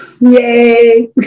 Yay